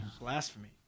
Blasphemy